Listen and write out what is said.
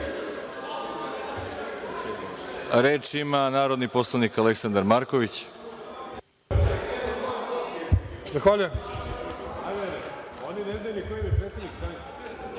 ima narodni poslanik Aleksandar Marković.